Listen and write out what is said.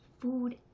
food